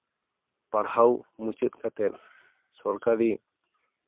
ᱯᱟᱲᱦᱟᱣ ᱢᱩᱪᱟᱹᱫ ᱠᱟᱛᱮ ᱥᱚᱨᱠᱟᱨᱤ